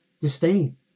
disdain